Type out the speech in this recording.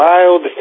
Wild